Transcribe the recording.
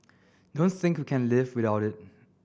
don't think we can live without it